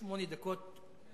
שמונה דקות.